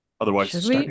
Otherwise